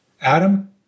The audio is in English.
Adam